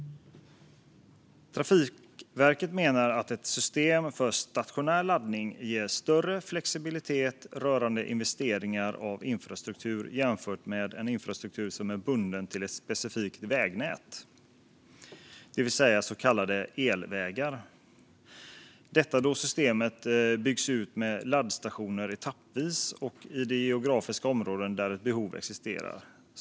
Trafikverket menar att ett system för stationär laddning ger en större flexibilitet rörande investeringar av infrastruktur jämfört med en infrastruktur som är bunden till ett specifikt vägnät, det vill säga så kallade elvägar, detta då systemet kan byggas ut med laddstationer etappvis och i de geografiska områden där ett behov existerar.